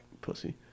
Pussy